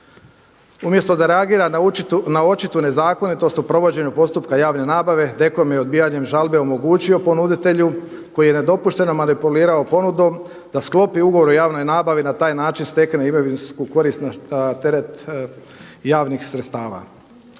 Umjesto da reagira na očitu nezakonitost u provođenju postupka javne nabave DKOM je odbijanjem žalbe omogućio ponuditelju koji je nedopušteno manipulirao ponudom da sklopi ugovor o javnoj nabavi i na taj način stekne imovinsku korist na teret javnih sredstava.